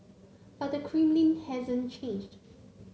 but the Kremlin hasn't changed